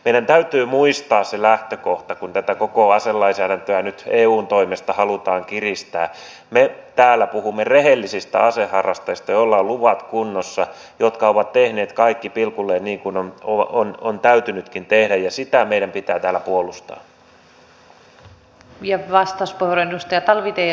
meidän täytyy muistaa se lähtökohta kun tätä koko aselainsäädäntöä nyt eun toimesta halutaan kiristää että me täällä puhumme rehellisistä aseharrastajista joilla on luvat kunnossa jotka ovat tehneet kaikki pilkulleen niin kuin on täytynytkin tehdä ja sitä meidän pitää täällä puolustaa